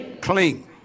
clean